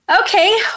Okay